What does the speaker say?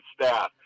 staff